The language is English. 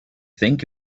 think